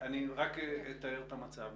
אני אתאר את המצב.